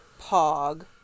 Pog